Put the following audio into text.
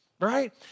right